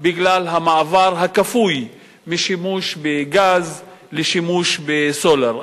במעבר הכפוי משימוש בגז לשימוש בסולר.